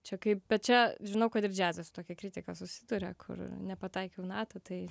čia kaip bet čia žinau kad ir džiazas su tokia kritika susiduria kur nepataikiau į natą tai